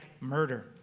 murder